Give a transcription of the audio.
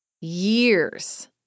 years